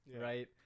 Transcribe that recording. right